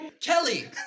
Kelly